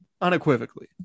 Unequivocally